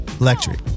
electric